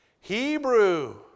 Hebrew